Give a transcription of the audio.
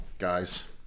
Guys